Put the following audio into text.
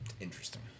Interesting